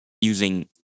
using